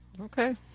Okay